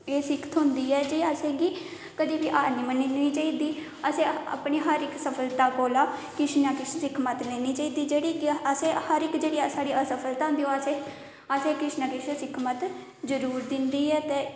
एह् सिक्ख थ्होंदी ऐ जे असेंगी कदें बी हार नेईं मन्ननी चाहिदी असें अपनी हर इक सफलता कोला किश ना किश सिक्खमत लैनी चाहिदी जेह्ड़ी हर इक साढ़ी असफलता होंदी ओह् असें असें किश ना किश सिक्खमत जरूर दिंदी ऐ ते